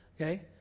Okay